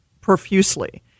profusely